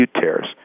tears